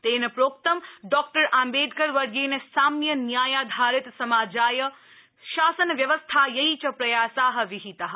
तेन प्रोक्तं डॉ आम्बेडकर वर्येण साम्य न्यायाधारित समाजाय शासनव्यवस्थायै च प्रयासा विहिता